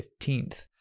15th